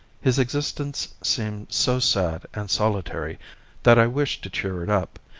his existence seemed so sad and solitary that i wished to cheer it up,